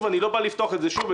אני לא בא לפתוח את זה שוב.